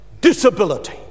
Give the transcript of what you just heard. disability